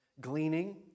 gleaning